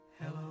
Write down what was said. Hello